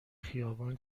خیابان